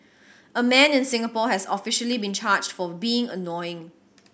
a man in Singapore has officially been charged for being annoying